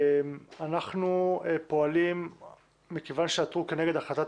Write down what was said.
אנחנו פועלים מכיוון שעתרו כנגד החלטת